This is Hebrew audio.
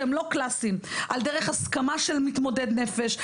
שהם לא קלאסיים דרך הסכמה של מתמודד נפש,